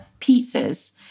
pizzas